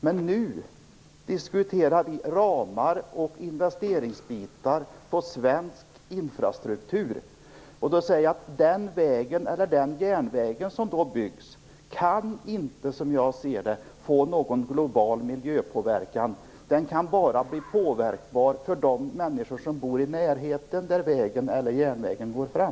Men nu diskuterar vi ramar och investeringsbitar för svensk infrastruktur. Den väg eller den järnväg som då byggs kan inte, som jag ser det, få någon global miljöpåverkan. Den kan bara påverka de människor som bor i närheten där vägen eller järnvägen går fram.